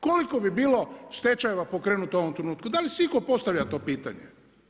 Koliko bi bilo stečajeva pokrenuto u ovom trenutku da li si itko postavlja to pitanje?